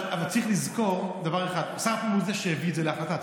אבל צריך לזכור דבר אחד: שר הפנים הוא שהביא את זה להחלטה,